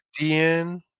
DN